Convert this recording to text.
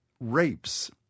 rapes